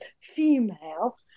female